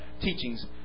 teachings